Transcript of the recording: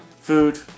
food